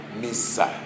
missile